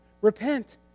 repent